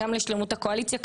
גם לטובת שלמות הקואליציה,